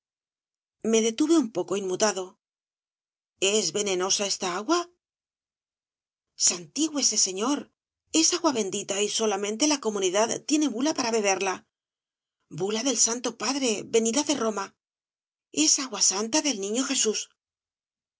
me detuve un poco inmutado es venenosa esta agua santigüese señor es agua bendita y solamente la comunidad tiene bula para bebería bula del santo padre venida de roma es agua santa del niño jesús